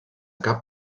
cap